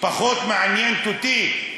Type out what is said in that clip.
היא פחות מעניינת אותי,